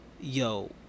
yo